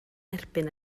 erbyn